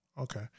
Okay